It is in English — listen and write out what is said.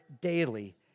daily